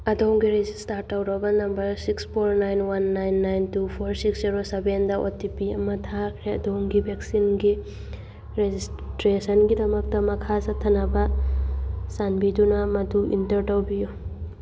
ꯑꯗꯣꯝꯒꯤ ꯔꯦꯖꯤꯁꯇꯥꯔ ꯇꯧꯔꯕ number six four nine one nine nine two four six zero ꯁꯕꯦꯟꯗ O T P ꯑꯃ ꯊꯥꯈ꯭ꯔꯦ ꯑꯗꯣꯝꯒꯤ ꯕꯦꯛꯁꯤꯟꯒꯤ ꯔꯦꯖꯤꯁꯇ꯭ꯔꯦꯁꯟꯒꯤꯗꯃꯛꯇ ꯃꯈꯥ ꯆꯠꯊꯅꯕ ꯆꯥꯟꯕꯤꯗꯨꯅ ꯃꯗꯨ ꯏꯟꯇꯔ ꯇꯧꯕꯤꯎ